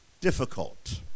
difficult